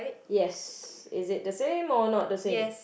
yes is it the same or not the same